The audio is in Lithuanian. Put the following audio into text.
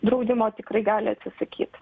draudimo tikrai gali atsisakyt